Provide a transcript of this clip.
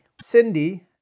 Cindy